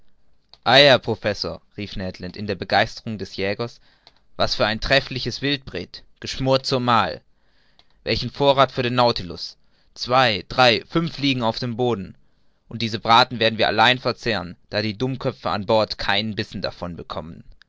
professor rief ned land in der begeisterung des jägers was für ein treffliches wildpret geschmort zumal welchen vorrath für den nautilus zwei drei fünf liegen auf dem boden und diese braten werden wir allein verzehren da die dummköpfe an bord keinen bissen davon bekommen